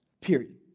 period